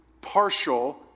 partial